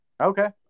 Okay